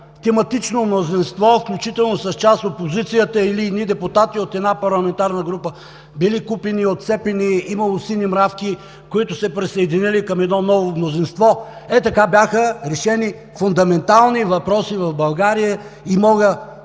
тематично мнозинство, включително с част от опозицията или едни депутати от една парламентарна група били купени, отцепени, имало сини мравки, които се присъединили към едно ново мнозинство, ето така бяха решени фундаментални въпроси в България. Разбира се,